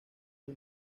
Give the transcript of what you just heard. del